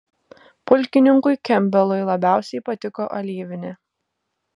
pulkininkui kempbelui labiausiai patiko alyvinė